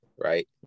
right